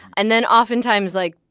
and then oftentimes, like,